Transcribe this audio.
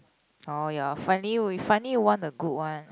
oh your finally we finally won a good one